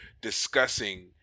discussing